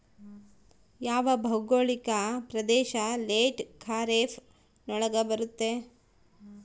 ಯಾವ ಭೌಗೋಳಿಕ ಪ್ರದೇಶ ಲೇಟ್ ಖಾರೇಫ್ ನೊಳಗ ಬರುತ್ತೆ?